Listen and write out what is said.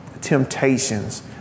temptations